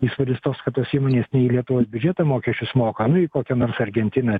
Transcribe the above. įspūdis toks kad tos įmonės ne į lietuvos biudžetą mokesčius moka nu į kokia nors argentiną